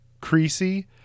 creasy